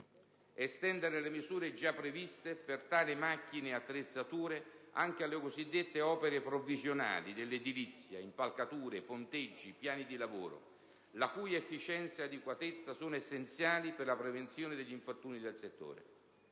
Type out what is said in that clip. estendere le misure già previste per tali macchine e attrezzature anche alle cosiddette opere provvisionali dell'edilizia (impalcature, ponteggi, piani di lavoro), la cui efficienza ed adeguatezza sono essenziali per la prevenzione degli infortuni nel settore.